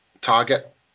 target